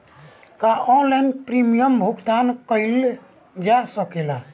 का online premium भुगतान कईल जा सकेला?